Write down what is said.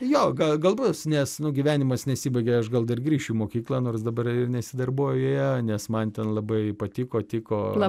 jo gal gal bus nes nu gyvenimas nesibaigia aš gal dar grįšiu į mokyklą nors dabar ir nesidarbuoju joje nes man ten labai patiko tiko